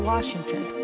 Washington